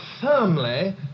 firmly